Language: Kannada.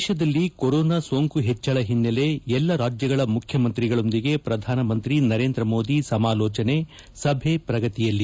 ದೇಶದಲ್ಲಿ ಕೊರೊನಾ ಸೋಂಕು ಪೆಚ್ಚಳ ಓನ್ನಲೆ ಎಲ್ಲಾ ರಾಜ್ಗಗಳ ಮುಖ್ಯಮಂತ್ರಿಗಳೊಂದಿಗೆ ಪ್ರಧಾನಮಂತ್ರಿ ನರೇಂದ್ರಮೋದಿ ಸಮಾಲೋಜನೆ ಸಭೆ ಪ್ರಗತಿಯಲ್ಲಿ